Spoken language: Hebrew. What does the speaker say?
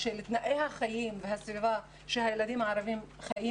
של תנאי החיים והסביבה שהילדים הערבים חיים